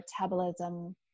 metabolism